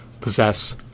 possess